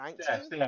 Yes